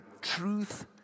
truth